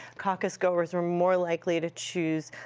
caucusgoers were more likely to choose